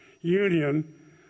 union